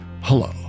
hello